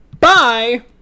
Bye